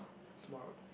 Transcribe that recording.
tomorrow